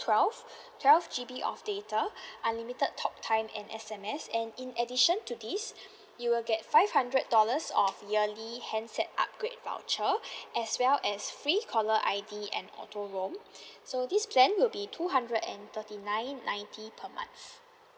twelve twelve G_B of data unlimited talk time and S_M_S and in addition to this you will get five hundred dollars of yearly handset upgrade voucher as well as free caller I_D and auto roam so this plan will be two hundred and thirty nine ninety per month